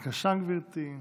גברתי,